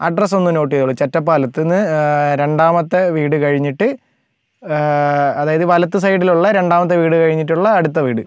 address ഒന്ന് note ചെയ്തോളു ചെറ്റപാലത്ത് നിന്ന് രണ്ടാമത്തെ വീട് കഴിഞ്ഞിട്ട് അതായത് വലത് സൈഡിലുള്ള രണ്ടാമത്തെ വീട് കഴിഞ്ഞിട്ടുള്ള അടുത്ത വീട്